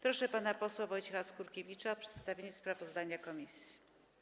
Proszę pana posła Wojciecha Skurkiewicza o przedstawienie sprawozdania komisji.